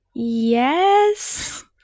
Yes